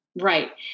Right